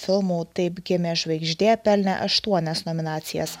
filmų taip gimė žvaigždė pelnė aštuonias nominacijas